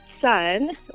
son